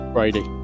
Brady